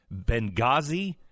Benghazi